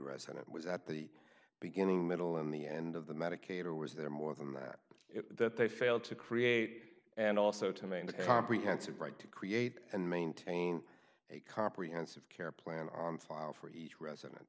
resident was at the beginning middle and the end of the medicaid or was there more than that that they failed to create and also to maintain comprehensive right to create and maintain a comprehensive care plan on file for each resident